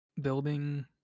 building